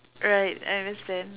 right I understand